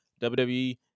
WWE